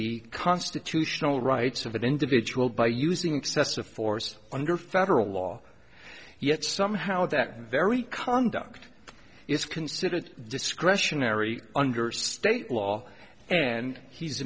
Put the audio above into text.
the constitutional rights of an individual by using excessive force under federal law yet somehow that very conduct is considered discretionary under state law and he's